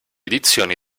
edizioni